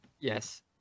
yes